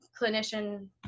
clinician